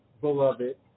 beloved